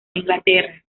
inglaterra